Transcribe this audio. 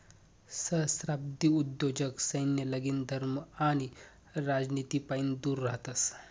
सहस्त्राब्दी उद्योजक सैन्य, लगीन, धर्म आणि राजनितीपाईन दूर रहातस